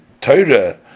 Torah